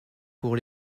pour